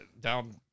Down